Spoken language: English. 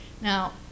Now